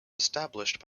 established